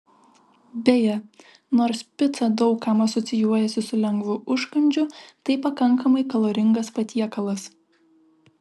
beje nors pica daug kam asocijuojasi su lengvu užkandžiu tai pakankamai kaloringas patiekalas